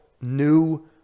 new